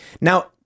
Now